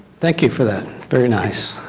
thank you for that. very nice.